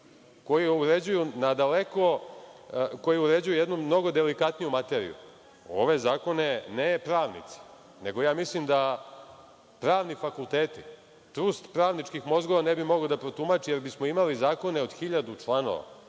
koji uređuju jednu mnogo delikatniju materiju, ove zakone ne samo pravnici nego ja mislim da pravni fakulteti, trust pravničkih mozgova ne bi mogao da protumači jer bismo imali zakone od hiljadu članova.